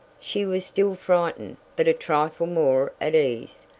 she was still frightened, but a trifle more at ease,